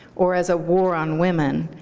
or as a war on women,